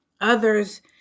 others